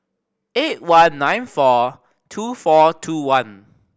eight one nine four two four two one